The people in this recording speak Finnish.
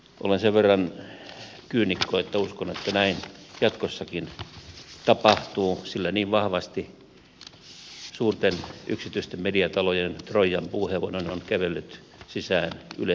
olen sen verran kyynikko että uskon että näin jatkossakin tapahtuu sillä niin vahvasti suurten yksityisten mediatalojen troijan puuhevonen on kävellyt sisään ylen pääovesta